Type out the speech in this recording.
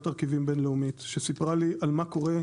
תרכיבים בינלאומית שסיפרה לי על מה קורה,